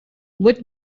what